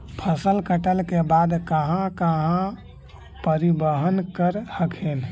फसल कटल के बाद कहा कहा परिबहन कर हखिन?